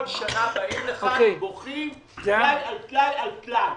כל שנה באים לכאן, בוכים, טלאי על טלאי על טלאי.